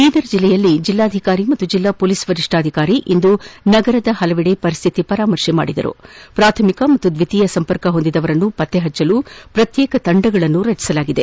ಬೀದರ್ ಜಿಲ್ಲೆಯಲ್ಲಿ ಜಿಲ್ಲಾಧಿಕಾರಿ ಮತ್ತು ಜಿಲ್ಲಾ ಮೊಲೀಸ್ ವರಿಷ್ಠಾಧಿಕಾರಿ ಇಂದು ನಗರದ ವಿವಿಧ ಕಡೆ ಪರಿಸ್ಥಿತಿ ಪರಾಮರ್ಶೆ ಮಾಡಿದ್ದಾರೆ ಪ್ರಾಥಮಿಕ ಮತ್ತು ದ್ವಿತೀಯ ಸಂಪರ್ಕ ಹೊಂದಿದವರನ್ನು ಪತ್ತೆಹಚ್ಚಲು ಪ್ರಕ್ಶೇಕ ತಂಡಗಳನ್ನು ರಚಿಸಲಾಗಿದೆ